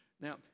Now